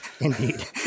indeed